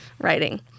writing